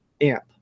AMP